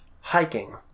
Hiking